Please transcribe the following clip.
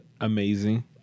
amazing